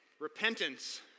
Repentance